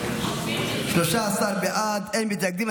13 בעד, אין מתנגדים.